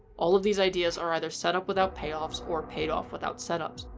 all of these ideas are either set up without payoffs or paid off without setups.